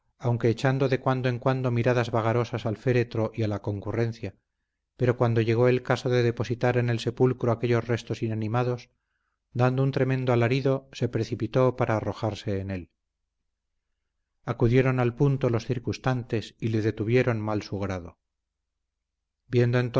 aunque echando de cuando en cuando miradas vagarosas al féretro y a la concurrencia pero cuando llegó el caso de depositar en el sepulcro aquellos restos inanimados dando un tremendo alarido se precipitó para arrojarse en él acudieron al punto los circunstantes y le detuvieron mal su grado viendo